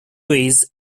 ways